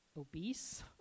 obese